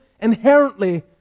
inherently